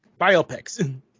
Biopics